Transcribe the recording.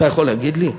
אתה יכול להגיד לי?